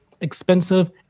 expensive